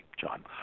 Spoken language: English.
John